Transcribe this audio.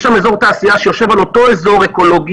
יש שם אזור תעשייה שיושב על אותו אזור אקולוגי,